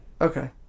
Okay